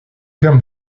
terme